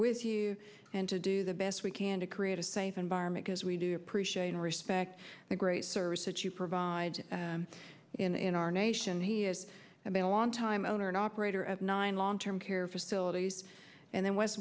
with you and to do the best we can to create a safe environment because we do appreciate and respect the great service that you provide in our nation he has been a longtime owner and operator of nine long term care facilities and then w